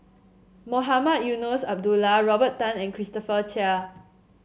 Mohamed Eunos Abdullah Robert Tan and Christopher Chia